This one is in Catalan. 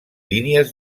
línies